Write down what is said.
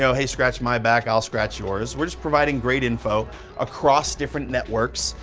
so hey, scratch my back, i'll scratch yours. we're just providing great info across different networks,